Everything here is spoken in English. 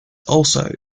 also